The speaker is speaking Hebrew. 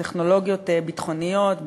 טכנולוגיות ביטחוניות,